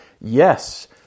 Yes